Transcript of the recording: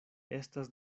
estas